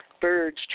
birds